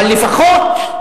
אבל לפחות,